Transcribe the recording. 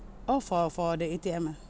oh for for the A_T_M ah